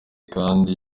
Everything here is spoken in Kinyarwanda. kandi